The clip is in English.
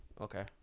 Okay